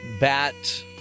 Bat